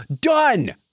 Done